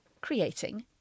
creating